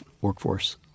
workforce